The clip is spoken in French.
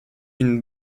une